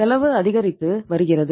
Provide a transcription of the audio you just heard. செலவு அதிகரித்து வருகிறது